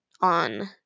on